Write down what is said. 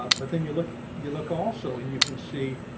ah but then you look you look also and you can see.